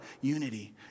unity